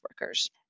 workers